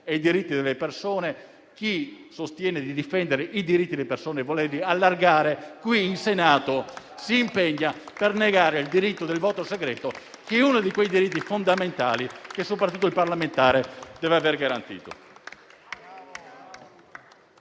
e i diritti delle persone, chi sostiene di difendere i diritti delle persone e di volerli allargare, qui in Senato si impegni per negare il diritto del voto segreto, che è uno di quei diritti fondamentali che soprattutto il parlamentare deve vedersi garantito.